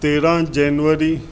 तेरहं जनवरी